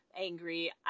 angry